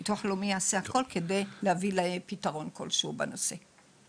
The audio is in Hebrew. המוסד לביטוח לאומי יהיה מוכן לכל פתרון - ואני מדגישה,